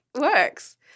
works